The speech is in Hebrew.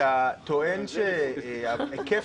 אתה טוען שהיקף